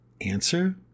Answer